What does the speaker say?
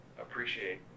appreciate